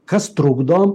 kas trukdo